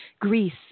Greece